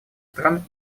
стран